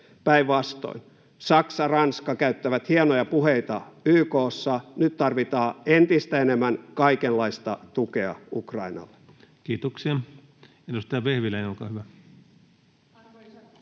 päinvastoin. Saksa ja Ranska pitävät hienoja puheita YK:ssa. Nyt tarvitaan entistä enemmän kaikenlaista tukea Ukrainalle. [Speech 128] Speaker: